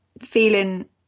feeling